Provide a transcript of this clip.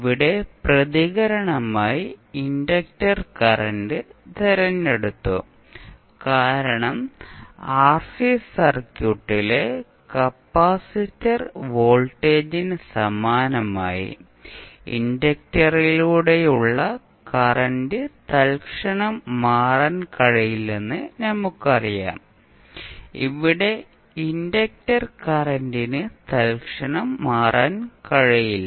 ഇവിടെ പ്രതികരണമായി inductor current തിരഞ്ഞെടുത്തു കാരണം ആർസി സർക്യൂട്ടിലെ കപ്പാസിറ്റർ വോൾട്ടേജിന് സമാനമായി ഇൻഡക്റ്ററിലൂടെയുള്ള കറന്റ് തൽക്ഷണം മാറാൻ കഴിയില്ലെന്ന് നമുക്കറിയാം ഇവിടെ ഇൻഡക്റ്റർ കറന്റിന് തൽക്ഷണം മാറാൻ കഴിയില്ല